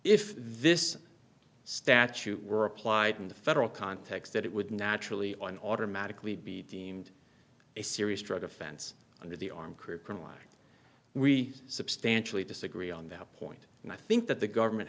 if this statute were applied in the federal context that it would naturally on automatically be deemed a serious drug offense under the arm creeping like we substantially disagree on that point and i think that the government